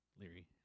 Leary